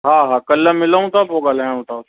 हा हा कल्ह मिलूं था पोइ ॻाल्हायूं था